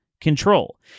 control